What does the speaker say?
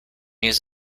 use